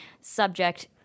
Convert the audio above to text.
Subject